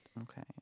Okay